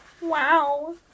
Wow